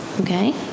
Okay